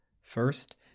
First